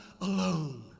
alone